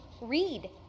read